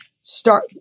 start